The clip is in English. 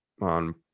on